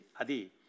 Adi